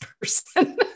person